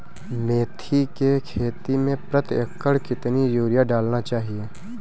मेथी के खेती में प्रति एकड़ कितनी यूरिया डालना चाहिए?